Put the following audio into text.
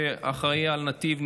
שאחראי על נתיב,